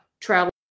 travel